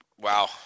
wow